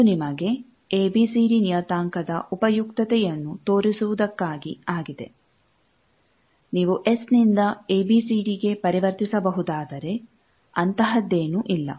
ಇದು ನಿಮಗೆ ಎಬಿಸಿಡಿ ನಿಯತಾಂಕದ ಉಪಯುಕ್ತತೆಯನ್ನು ತೋರಿಸುವುದಕ್ಕಾಗಿ ಆಗಿದೆ ನೀವು ಎಸ್ ನಿಂದ ಎಬಿಸಿಡಿಗೆ ಪರಿವರ್ತಿಸಬಹುದಾದರೆ ಅಂತಹದ್ದೇನೂ ಇಲ್ಲ